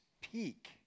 peak